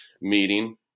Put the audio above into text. meeting